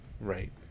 Right